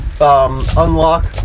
unlock